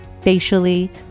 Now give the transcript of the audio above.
facially